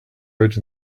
out